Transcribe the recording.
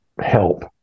help